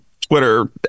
Twitter